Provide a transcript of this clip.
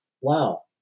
wow